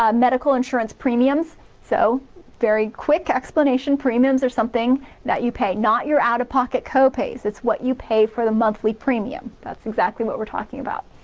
ah medical insurance premiums so very quick explanation premiums are something that you pay, not your outta pocket copay. it's what you pay for the monthly premium that's exactly what we're talking about.